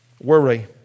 worry